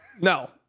no